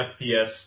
FPS